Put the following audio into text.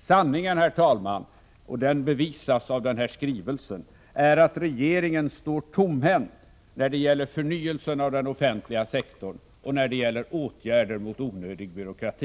Sanningen, herr talman — och den bevisas av den här skrivelsen — är att regeringen står tomhänt när det gäller förnyelse av den offentliga sektorn och åtgärder mot onödig byråkrati.